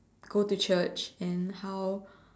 go to church and how